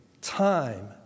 time